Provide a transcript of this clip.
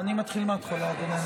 אני מתחיל מהתחלה, אדוני.